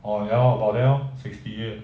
orh ya lor about there lor sixty eight